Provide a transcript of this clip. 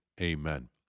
Amen